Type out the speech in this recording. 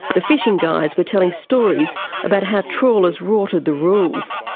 the fishing guys were telling stories about how trawlers rorted the rules.